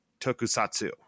Tokusatsu